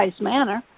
manner